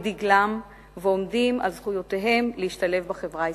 דגלם ועומדים על זכויותיהם להשתלב בחברה הישראלית.